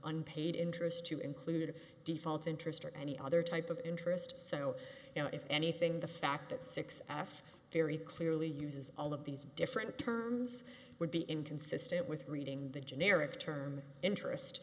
unpaid interest to include a default interest or any other type of interest so you know if anything the fact that six asked very clearly uses all of these different terms would be inconsistent with reading the generic term interest